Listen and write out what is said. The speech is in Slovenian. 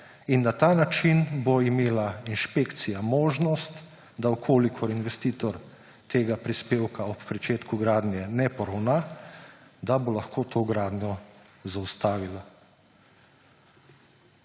In na ta način bo imela inšpekcija možnost, da če investitor tega prispevka ob pričetku gradnje ne poravna, bo lahko to gradnjo zaustavila.